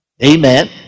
Amen